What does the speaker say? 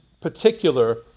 particular